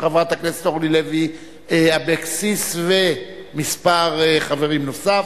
של חברת הכנסת אורלי לוי אבקסיס וכמה חברים נוספים,